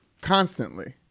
constantly